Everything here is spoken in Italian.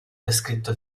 descritto